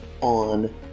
on